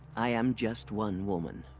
i am just one woman.